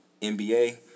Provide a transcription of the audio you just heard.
NBA